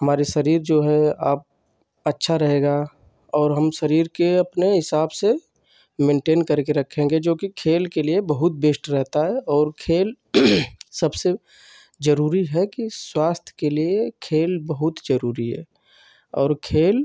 हमारा शरीर जो है आप अच्छा रहेगा और हम शरीर को अपने हिसाब से मेन्टेन करके रखेंगे जोकि खेल के लिए बहुत बेस्ट रहता है और खेल सबसे जरूरी है कि स्वास्थ्य के लिए खेल बहुत जरूरी है और खेल